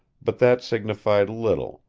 but that signified little,